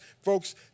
folks